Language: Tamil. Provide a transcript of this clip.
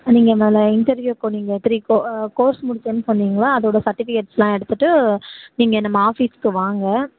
நீங்கள் நாங்கள் இன்டர்வியூக்கு நீங்கள் ப்ரீ கோ கோர்ஸ் முடிச்சேன்னு சொன்னிங்களா அதோடய சர்டிஃபிகேட்ஸ்லாம் எடுத்துகிட்டு நீங்கள் நம்ம ஆஃபீஸ்க்கு வாங்க